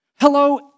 Hello